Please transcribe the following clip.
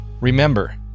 Remember